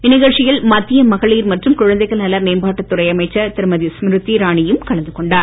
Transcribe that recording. இந்நிகழ்ச்சியில் மத்திய மகளிர் மற்றும் குழந்தைகள் நல மேம்பாட்டு துறை அமைச்சர் திருமதி ஸ்மிருதி ராணியும் கலந்துகொண்டார்